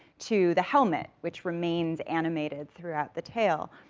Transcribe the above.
to the helmet, which remains animated throughout the tale,